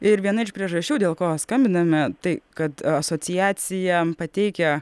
ir viena iš priežasčių dėl ko skambiname tai kad asociacija pateikia